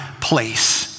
place